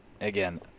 again